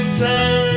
time